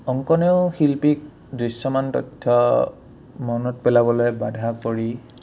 অংকনেও শিল্পীক দৃশ্যমান তথ্য মনত পেলাবলৈ বাধা কৰি